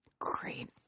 great